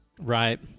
right